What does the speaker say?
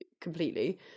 completely